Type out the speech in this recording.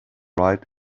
ride